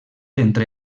entre